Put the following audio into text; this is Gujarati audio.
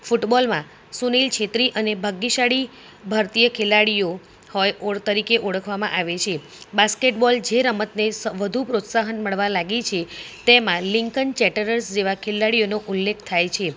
ફૂટબોલમાં સુનિલ છેત્રી અને ભાગ્યશાળી ભારતીય ખેલાડીઓ હોય ઓડ તરીકે ઓળખવામાં આવે છે બાસ્કેટબોલ જે રમતને વધુ પ્રોત્સાહન મળવા લાગી છે તેમાં લીંકન ચેટર્સ જેવા ખેલાડીઓનો ઉલ્લેખ થાય છે